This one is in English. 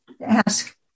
Ask